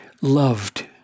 loved